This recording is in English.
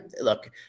Look